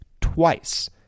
twice